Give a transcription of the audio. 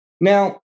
Now